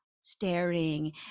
staring